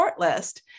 shortlist